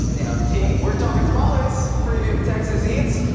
you know take we're talking tamales preview of texas eats.